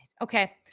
Okay